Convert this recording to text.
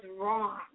wrong